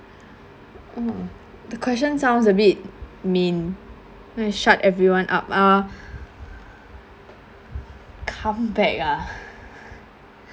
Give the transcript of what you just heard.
oh the question sounds a bit mean want to shut everyone up ah comeback ah